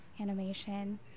animation